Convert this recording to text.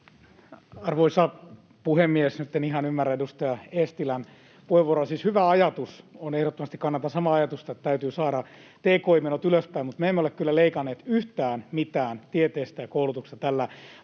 Arvoisa puhemies! Nyt en ihan ymmärrä edustaja Eestilän puheenvuoroa. Siis hyvä ajatus on ehdottomasti ja kannatan samaa ajatusta, että täytyy saada tki-menot ylöspäin. Mutta me emme ole kyllä leikanneet yhtään mitään tieteestä ja koulutuksesta tällä